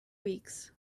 weeks